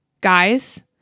guys